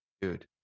dude